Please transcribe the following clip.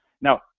now